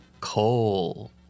coal